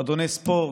מועדוני ספורט,